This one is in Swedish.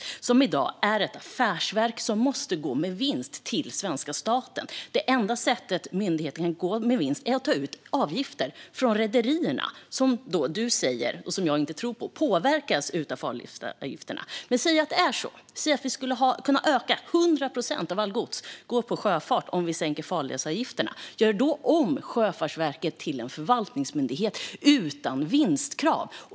Det är i dag ett affärsverk som måste gå med vinst till svenska staten. Det enda sättet för myndigheten att gå med vinst är att ta ut avgifter från rederierna. Jimmy Ståhl säger att rederierna påverkas av farledsavgifterna, vilket jag inte tror på. Men säg att det är så och att vi skulle kunna öka så att 100 procent av allt gods går med sjöfart om vi sänker farledsavgifterna - gör då om Sjöfartsverket till en förvaltningsmyndighet utan vinstkrav!